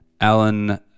Alan